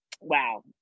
Wow